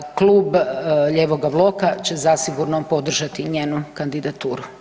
Klub lijevoga bloka će zasigurno podržati njenu kandidaturu.